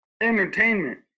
entertainment